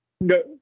No